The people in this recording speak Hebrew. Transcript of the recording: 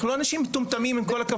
אנחנו לא אנשים מטומטמים, עם כל הכבוד.